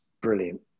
brilliant